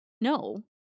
no